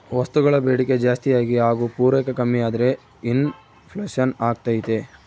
ವಸ್ತುಗಳ ಬೇಡಿಕೆ ಜಾಸ್ತಿಯಾಗಿ ಹಾಗು ಪೂರೈಕೆ ಕಮ್ಮಿಯಾದ್ರೆ ಇನ್ ಫ್ಲೇಷನ್ ಅಗ್ತೈತೆ